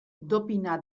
dopina